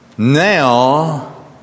Now